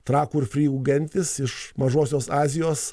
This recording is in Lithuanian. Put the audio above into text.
trakų ir frygų gentys iš mažosios azijos